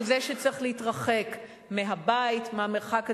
הוא שצריך להתרחק מהבית, מהמרחב הציבורי,